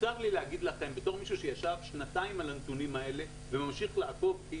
צר לי להגיד לכם בתור מישהו שישב שנתיים הנתונים האלה וממשיך לעקוב,